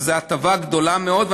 וזו הטבה גדולה מאוד,